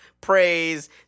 praise